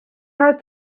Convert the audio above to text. heart